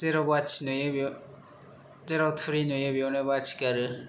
जेराव बाथि नुयो बेयाव जेराव थुरि नुयो बेयावनो बाथि गारो